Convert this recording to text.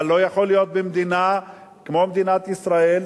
אבל לא יכול להיות במדינה כמו מדינת ישראל,